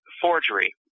forgery